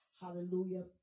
hallelujah